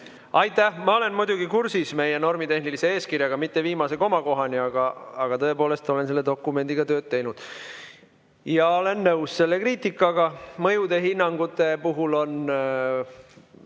Aitäh! Ma olen muidugi kursis meie normitehnika eeskirjaga, mitte viimase komakohani, aga tõepoolest, ma olen selle dokumendiga tööd teinud. Ja olen nõus selle kriitikaga. Mõjuhinnangute puhul